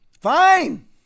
Fine